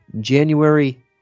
January